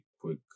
quick